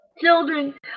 children